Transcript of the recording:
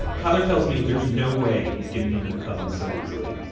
tyler tells me there's no way he's giving into the cousins so easily.